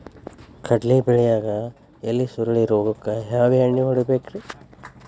ಕಡ್ಲಿ ಬೆಳಿಯಾಗ ಎಲಿ ಸುರುಳಿ ರೋಗಕ್ಕ ಯಾವ ಎಣ್ಣಿ ಹೊಡಿಬೇಕ್ರೇ?